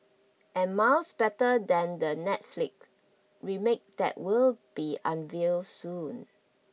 and miles better than the Netflix remake that will be unveiled soon